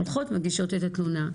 הולכות, מגישות את התלונה.